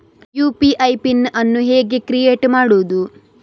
UPI PIN ಅನ್ನು ಹೇಗೆ create ಮಾಡುದು?